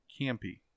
campy